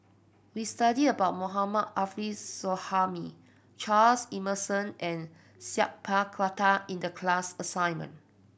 we studied about Mohammad Arif Suhaimi Charles Emmerson and Sat Pal Khattar in the class assignment